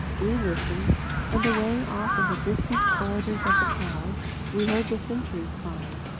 we listened and away off in the distant corridors of the palace we heard the sentries crying,